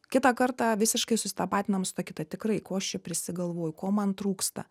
kitą kartą visiškai susitapatinam su ta kita tikrai ko aš čia prisigalvoju ko man trūksta